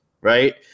right